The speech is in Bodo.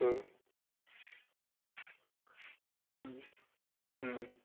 उम उम उम